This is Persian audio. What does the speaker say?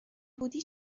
بودی